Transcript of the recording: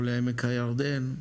לא לירדן.